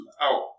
out